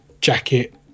jacket